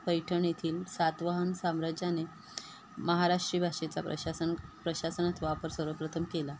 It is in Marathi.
पैठणीतील सातवाहन साम्राज्याने महाराष्ट्रीय भाषेचा प्रशासन प्रशासनात वापर सर्वप्रथम केला